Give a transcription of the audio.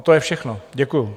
To je všechno, děkuju.